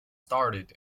started